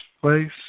place